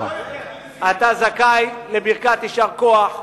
אתה זכאי לברכת יישר כוח,